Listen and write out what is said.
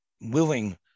willing